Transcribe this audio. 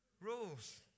rules